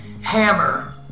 hammer